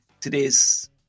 today's